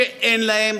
שאין להם,